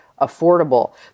affordable